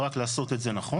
רק לעשות את זה נכון.